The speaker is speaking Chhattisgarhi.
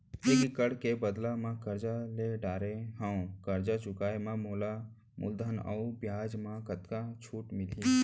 एक एक्कड़ के बदला म करजा ले डारे हव, करजा चुकाए म मोला मूलधन अऊ बियाज म कतका छूट मिलही?